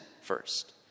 first